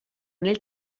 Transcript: nel